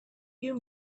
you